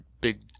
big